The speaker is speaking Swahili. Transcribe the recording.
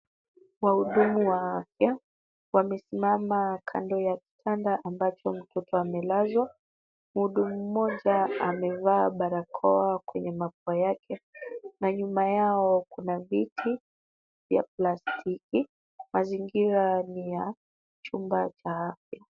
Wahudumu wa afya wamesimama kando ya kitanda ambacho mtoto amelazwa. Mhudumu mmoja amevaa barakoa kwenye mapua yake na nyuma yao kuna viti vya plastiki. Mazingira ni ya chumba cha afya.